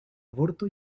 aborto